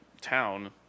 town